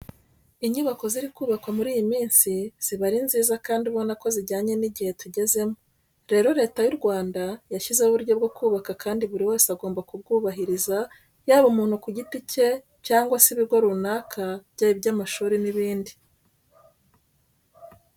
Inyubako ziri kubakwa muri iyi minsi ziba ari nziza kandi ubona ko zijyanye n'igihe tugezemo. Rero Leta y'u Rwanda yashyizeho uburyo bwo kubaka kandi buri wese agomba kubwubahiriza yaba umuntu ku giti cye cyangwa se ibigo runaka byaba iby'amashuri n'ibindi.